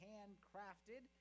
Handcrafted